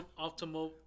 optimal